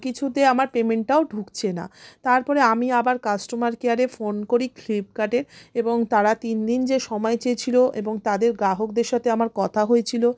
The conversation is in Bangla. কিছুতে আমার পেমেন্টটাও ঢুকছে না তারপরে আমি আবার কাস্টোমার কেয়ারে ফোন করি ফ্লিপকার্টের এবং তারা তিন দিন যে সময় চেয়েছিলো এবং তাদের গ্রাহকদের সাথে আমার কথা হয়েছিলো